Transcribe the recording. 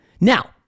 Now